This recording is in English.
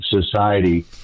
society